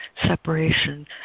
Separation